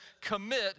commit